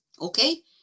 Okay